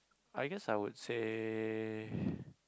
I guess I would say